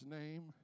name